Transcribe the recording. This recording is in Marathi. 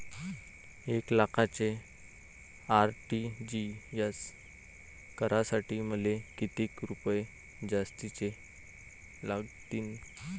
एक लाखाचे आर.टी.जी.एस करासाठी मले कितीक रुपये जास्तीचे लागतीनं?